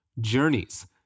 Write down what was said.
journeys